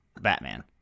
batman